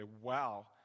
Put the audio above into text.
wow